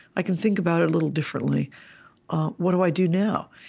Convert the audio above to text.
i can think about it a little differently what do i do now?